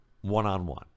one-on-one